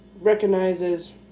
recognizes